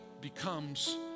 becomes